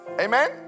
Amen